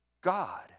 God